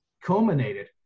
culminated